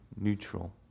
neutral